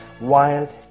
wild